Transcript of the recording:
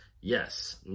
Yes